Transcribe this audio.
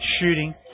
shooting